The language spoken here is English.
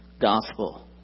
gospel